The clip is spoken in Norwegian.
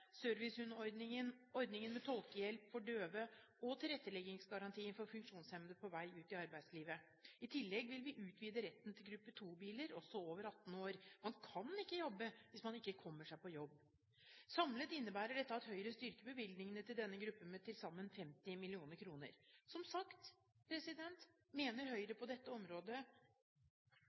vei ut i arbeidslivet. I tillegg vil vi utvide retten til gruppe 2-biler, også for dem over 18 år: Man kan ikke jobbe hvis man ikke kommer seg på jobb. Samlet innebærer dette at Høyre styrker bevilgningene til denne gruppen med til sammen 50 mill. kr. Som sagt mener Høyre at dette